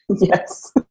Yes